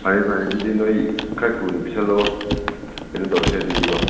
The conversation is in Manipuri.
ꯐꯔꯦ ꯐꯔꯦ ꯑꯗꯨꯗꯤ ꯅꯣꯏ ꯈꯔ ꯊꯨꯅ ꯄꯤꯁꯤꯜꯂꯣ ꯀꯩꯅꯣ ꯇꯧꯔꯁꯦ ꯑꯗꯨꯗꯤꯀꯣ